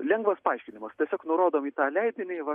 lengvas paaiškinimas tiesiog nurodom į tą leidinį va